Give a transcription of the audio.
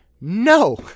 no